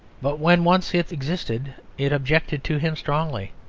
but when once it existed, it objected to him strongly.